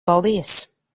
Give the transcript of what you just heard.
paldies